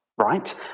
right